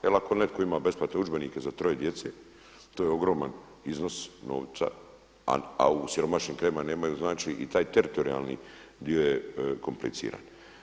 Jel ako netko ima besplatne udžbenike za troje djece, to je ogroman iznos novca, a u siromašnim krajevima nemaju i taj teritorijalni dio je kompliciran.